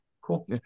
Cool